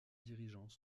dirigeants